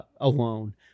alone